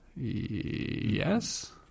Yes